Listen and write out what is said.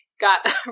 got